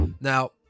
Now